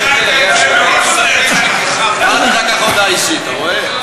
תגיד, הודעה אישית, אתה רואה?